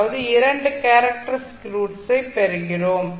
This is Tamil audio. அதாவது 2 கேரக்டரிஸ்டிக் ரூட்ஸை பெறுகிறோம்